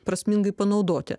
prasmingai panaudoti